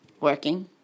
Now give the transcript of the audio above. working